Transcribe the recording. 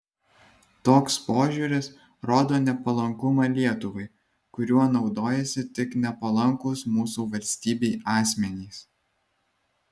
toks požiūris rodo nepalankumą lietuvai kuriuo naudojasi tik nepalankūs mūsų valstybei asmenys